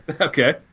Okay